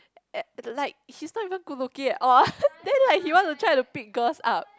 at the light he's not even good looking at all then like he try to pick girls up